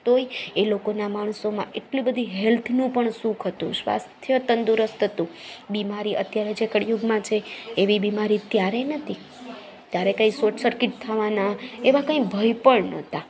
તોય એ લોકોના માણસોમાં એટલી બધી હેલ્થનું પણ સુખ હતું સ્વાસ્થ્ય તંદુરસ્ત હતું બીમારી અત્યારે જે કળયુગમાં જે એવી બીમારી ત્યારે નહોતી તારે કઈ શોર્ટ સર્કિટ થવાના એવા કંઈ ભય પણ નહોતા